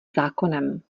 zákonem